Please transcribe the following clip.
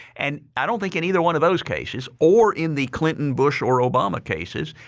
and i don't think in either one of those cases or in the clinton, bush or obama cases,